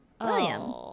William